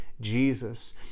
Jesus